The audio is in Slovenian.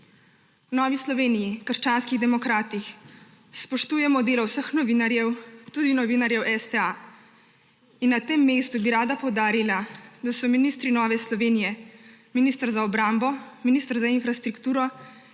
V Novi Sloveniji – krščanskih demokratih spoštujemo delo vseh novinarjev, tudi novinarjev STA. In na tem mestu bi rada poudarila, da so ministri Nove Slovenije, minister za obrambo, minister za infrastrukturo